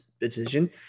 decision